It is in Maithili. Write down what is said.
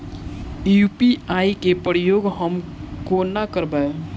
यु.पी.आई केँ प्रयोग हम कोना करबे?